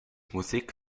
musik